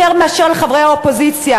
יותר מאשר על חברי האופוזיציה,